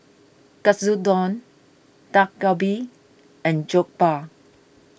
Katsudon Dak Galbi and Jokbal